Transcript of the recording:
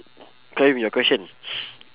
qayyum your question